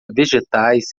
vegetais